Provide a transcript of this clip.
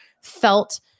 felt